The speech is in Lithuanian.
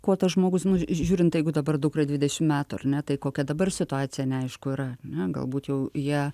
kuo tas žmogus nu ži žiūrint jeigu dabar dukrai dvidešim metų ar ne tai kokia dabar situacija neaišku yra ne galbūt jau jie